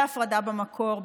בהפרדה במקור,